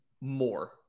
More